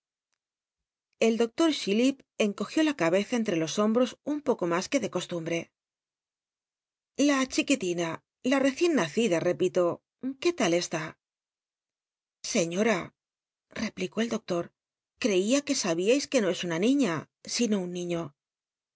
el doctor chillip encogió la cabeza entre lo hombros un poco mas que de coslumb'c la chiquitina la rccicn nacida repilv cné tal esta señora replicó el docto creia que abiais c ue no es una niiía sino nn niií